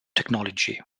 technology